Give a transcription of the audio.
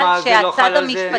למה זה לא חל על זה?